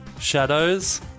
shadows